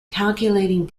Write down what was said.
calculating